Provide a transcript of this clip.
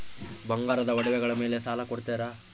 ಬಂಗಾರದ ಒಡವೆಗಳ ಮೇಲೆ ಸಾಲ ಕೊಡುತ್ತೇರಾ?